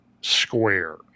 square